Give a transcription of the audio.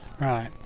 Right